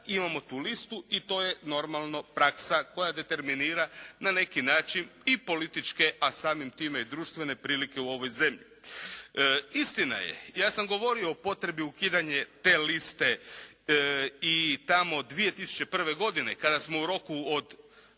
imamo tu listu i to je normalno praksa koja determinira na neki način i političke, a samim time i društvene prilike u ovoj zemlji. Istina je, ja sam govorio o potrebi ukidanja te liste i tamo 2001. godine kada smo u roku od